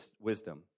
wisdom